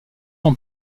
ans